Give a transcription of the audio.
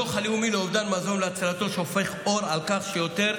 הדוח הלאומי לאובדן מזון ולהצלתו שופך אור על כך שיותר